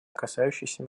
касающейся